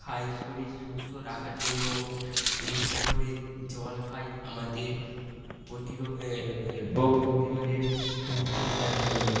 খাই শরীর সুস্থ রাখার জন্য বেশি করে জল খাই আমাদের রোগ প্রতিরোধের সুস্থ থাকার জন্য